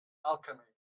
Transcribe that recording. alchemy